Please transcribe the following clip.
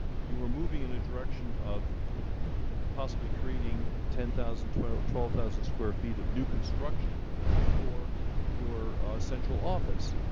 you were moving in a direction of possibly creating ten thousand twelve twelve thousand square feet of new construction for your central office.